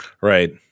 Right